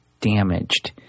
damaged